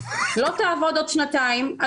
לא תעבוד עוד שנתיים,